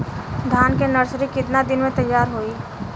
धान के नर्सरी कितना दिन में तैयार होई?